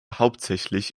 hauptsächlich